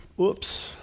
oops